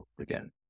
again